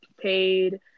paid